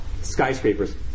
skyscrapers